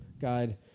guide